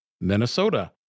Minnesota